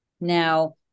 Now